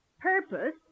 Purpose